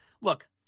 look –